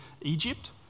Egypt